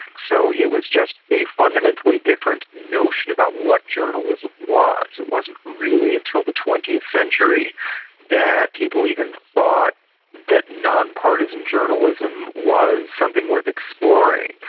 so it was just a fundamentally different notion about what journalism was. it wasn't really until the twentieth century that people even thought that non-partisan journalism was something worth exploring.